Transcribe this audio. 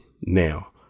Now